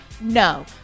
No